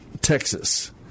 Texas